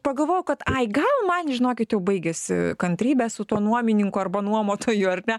pagalvojau kad ai gal man žinokit jau baigiasi kantrybė su tuo nuomininku arba nuomotoju ar ne